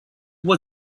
was